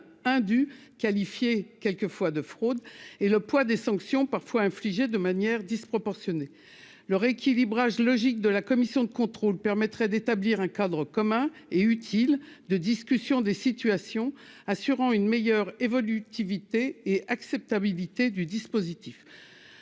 qualifié, quelquefois de fraude et le poids des sanctions parfois infligés de manière disproportionnée, le rééquilibrage logique de la commission de contrôle permettrait d'établir un cadre commun et utile de discussions des situations assurant une meilleure évolutivité et acceptabilité du dispositif